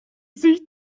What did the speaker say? sich